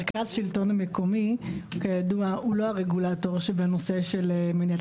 המרכז לשלטון מקומי הוא לא הרגולטור של נושא מניעת